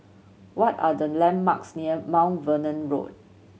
what are the landmarks near Mount Vernon Road